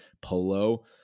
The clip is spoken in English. polo